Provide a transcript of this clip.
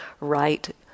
right